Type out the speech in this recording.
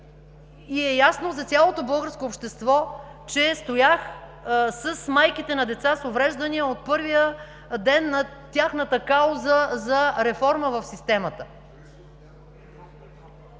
и е ясно за цялото българско общество, че стоях с майките на деца с увреждания от първия ден на тяхната кауза за реформа в системата.